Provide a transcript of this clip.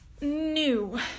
new